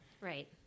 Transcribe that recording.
right